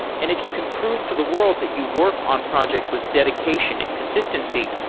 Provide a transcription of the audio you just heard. and if you can prove to the world that you work on projects with dedication and consistency,